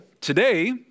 today